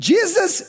Jesus